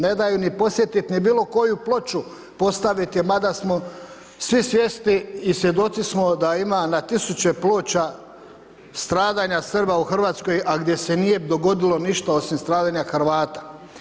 Nadaju ni posjetiti ni bilo koju ploču postaviti, mada smo svi svjesni i svjedoci smo da ima na tisuće ploča stradanja Srba u Hrvatskoj, a gdje se nije dogodilo ništa osim stradanja Hrvata.